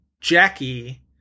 Jackie